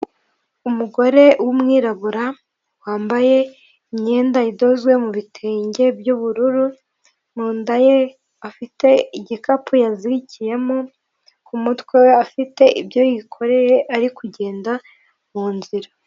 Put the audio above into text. Umugore w'umwirabura wambaye imyenda idozwe mu bi bitenge by'ubururu mu nda ye afite igikapu yazirikiyemo ku mutwe we afite ibyo yikoreye ari kugenda mu nzira.